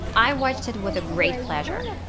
i watched it with a great pleasure.